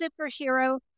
superhero